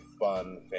fun